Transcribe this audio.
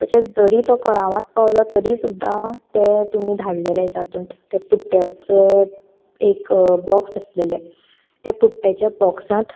तशेंच जरीय तो कळावांत पावलो तरीय सुद्दा ते तुमी धाडलेले जातूंत ते पुट्टयाचे एक बॉक्स आसलेले त्या पुट्टयाच्या बॉक्सांत